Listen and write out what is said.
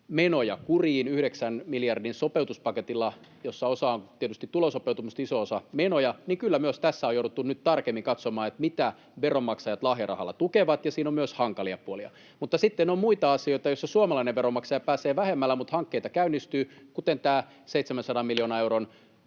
menoja kuriin 9 miljardin sopeutuspaketilla, jossa osa tietysti on tulosopeutumista ja iso osa menoja, niin kyllä myös tässä on jouduttu nyt tarkemmin katsomaan, mitä veronmaksajat lahjarahalla tukevat. Siinä on myös hankalia puolia, mutta sitten on muita asioita, joissa suomalainen veronmaksaja pääsee vähemmällä. Mutta hankkeita käynnistyy, kuten tämä 700 miljoonan euron